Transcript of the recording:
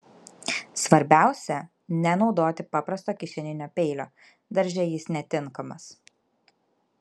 svarbiausia nenaudoti paprasto kišeninio peilio darže jis netinkamas